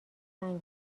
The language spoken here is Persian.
سنگ